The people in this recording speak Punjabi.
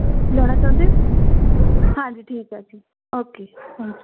ਲੈਣਾ ਚਾਹੁੰਦੇ ਹੋ ਹਾਂਜੀ ਠੀਕ ਆ ਜੀ ਓਕੇ ਹਾਂਜੀ